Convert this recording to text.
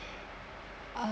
uh